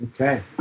Okay